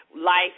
life